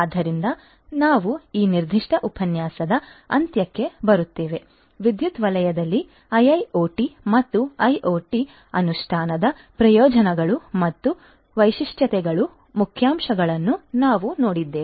ಆದ್ದರಿಂದ ನಾವು ಈ ನಿರ್ದಿಷ್ಟ ಉಪನ್ಯಾಸದ ಅಂತ್ಯಕ್ಕೆ ಬರುತ್ತೇವೆ ವಿದ್ಯುತ್ ವಲಯದಲ್ಲಿ IIoT ಮತ್ತು IoT ಅನುಷ್ಠಾನದ ಪ್ರಯೋಜನಗಳು ಮತ್ತು ವೈಶಿಷ್ಟ್ಯಗಳ ಮುಖ್ಯಾಂಶಗಳನ್ನು ನಾವು ನೋಡಿದ್ದೇವೆ